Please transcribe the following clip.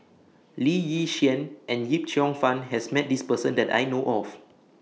Lee Yi Shyan and Yip Cheong Fun has Met This Person that I know of